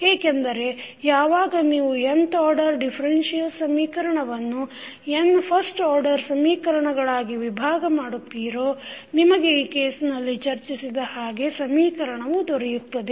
ಏಕೆಂದರೆ ಯಾವಾಗ ನೀವು nth ಆರ್ಡರ್ ದಿಫರೆನ್ಸಿಯಲ್ ಸಮೀಕರಣವನ್ನು n ಫಸ್ಟ್ ಆರ್ಡರ್ ಸಮೀಕರಣಗಳಾಗಿ ವಿಭಾಗ ಮಾಡುತ್ತಿರೋ ನಿಮಗೆ ಈ ಕೇಸ್ನಲ್ಲಿ ಚರ್ಚಿಸಿದ ಹಾಗೆ ಸಮೀಕರಣವು ದೊರೆಯುತ್ತದೆ